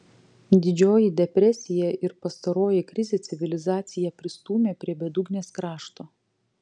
didžioji depresija ir pastaroji krizė civilizaciją pristūmė prie bedugnės krašto